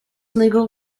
legal